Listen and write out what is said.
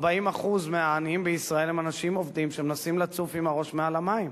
40% מהעניים בישראל הם אנשים עובדים שמנסים לצוף עם הראש מעל המים.